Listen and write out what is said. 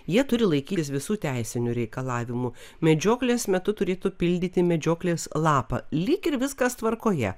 jie turi laikytis visų teisinių reikalavimų medžioklės metu turėtų pildyti medžioklės lapą lyg ir viskas tvarkoje